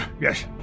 Yes